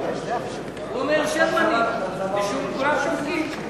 הוא אומר "שרמנים" וכולם שותקים.